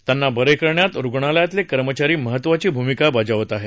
त्यांना बरे करण्यात रुग्णालयातले कर्मचारी महत्त्वाची भूमिका बजावत आहे